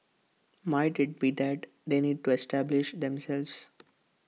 might IT be that they need to establish themselves